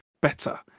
better